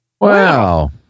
Wow